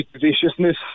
viciousness